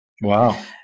Wow